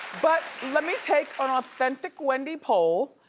but let me take an authentic wendy poll,